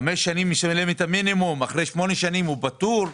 חמש שנים הוא משלם את המינימום ואחרי שמונה שנים הוא פטור,